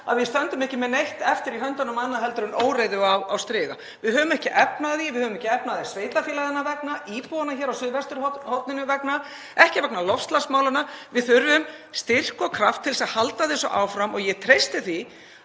að við stöndum ekki með neitt eftir í höndunum annað en óreiðu á striga. Við höfum ekki efni á því. Við höfum ekki efni á því sveitarfélaganna vegna, íbúanna hér á suðvesturhorninu vegna, ekki vegna loftslagsmálanna. Við þurfum styrk og kraft til að halda þessu áfram og ég treysti því